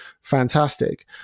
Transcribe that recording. fantastic